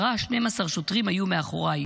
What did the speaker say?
10 12 שוטרים היו מאחוריי.